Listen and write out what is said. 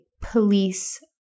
police